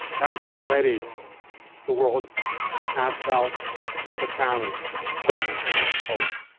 that already the world has felt the challenge china propose.